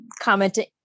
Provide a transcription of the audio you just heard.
commenting